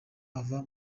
ava